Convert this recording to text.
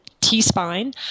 T-spine